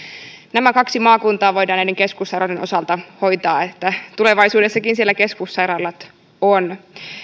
nämä kaksi maakuntaa voidaan näiden keskussairaaloiden osalta hoitaa niin että tulevaisuudessakin siellä keskussairaalat on